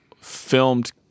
filmed